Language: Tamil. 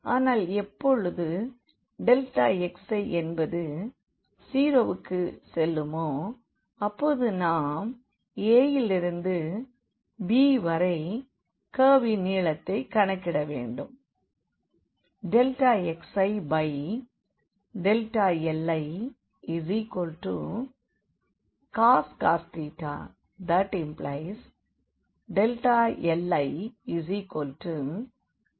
ஆனால் எப்பொழுது xi என்பது 0 விற்கு செல்லுமோ அப்பொழுது நாம் a விலிருந்து b வரை கர்வின் நீளத்தை கணக்கிட வேண்டும்